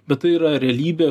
bet tai yra realybė